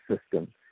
system